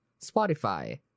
Spotify